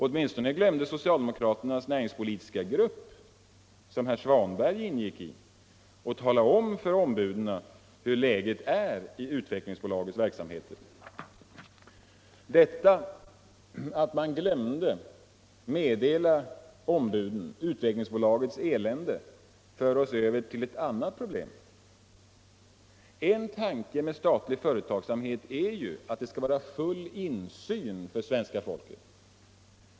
Åtminstone glömde socialdemokraternas näringspolitiska grupp, i vilken bl.a. herr Svanberg ingick, att tala om för s-ombuden hur läget är i Utvecklingsbolagets verksamheter. Detta, att man glömde meddela s-ombuden Utvecklingsbolagets elände, för oss över till ett annat problem. En tanke med statlig företagsamhet är ju att det skall vara full insyn för svenska folket.